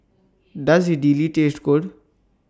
Does Idili Taste Good